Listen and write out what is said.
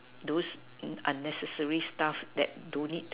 those unnecessary stuff that don't need